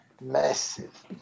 massive